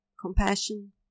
compassion